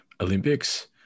Olympics